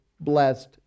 blessed